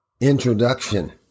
Introduction